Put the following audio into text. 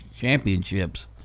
championships